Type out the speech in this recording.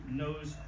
knows